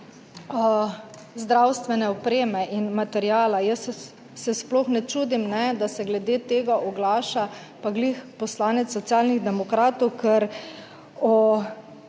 zdravstvene opreme in materiala. Jaz se sploh ne čudim, da se glede tega oglaša pa glih poslanec Socialnih demokratov, ker o